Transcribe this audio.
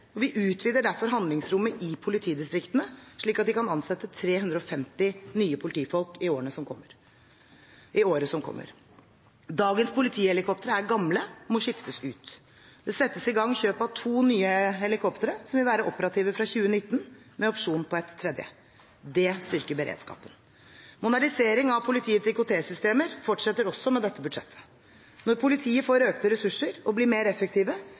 og vi utvider derfor handlingsrommet i politidistriktene slik at de kan ansette 350 nye politifolk i året som kommer. Dagens politihelikoptre er gamle og må skiftes ut. Det settes i gang kjøp av to nye politihelikoptre som vil være operative fra 2019, med opsjon på et tredje. Det styrker beredskapen. Moderniseringen av politiets IKT-systemer fortsetter også med dette budsjettet. Når politiet får økte ressurser og blir mer effektive,